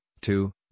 two